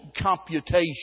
computation